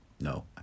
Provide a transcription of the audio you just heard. No